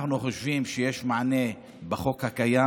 אנחנו חושבים שיש מענה בחוק הקיים.